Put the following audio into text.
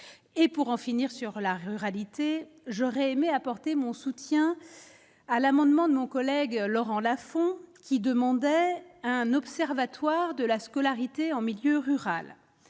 et pour en finir sur la ruralité, j'aurais aimé apporter mon soutien à l'amendement de mon collègue Laurent Lafon, qui demandait un observatoire de la scolarité en milieu rural